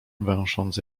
węsząc